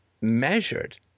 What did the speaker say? measured